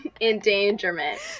endangerment